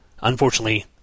unfortunately